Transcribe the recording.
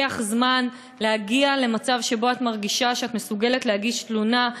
ולוקח זמן להגיע למצב שבו את מרגישה שאת מסוגלת להגיש תלונה,